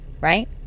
right